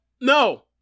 no